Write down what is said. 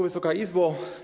Wysoka Izbo!